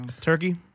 Turkey